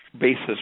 basis